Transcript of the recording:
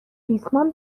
ریسمان